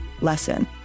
lesson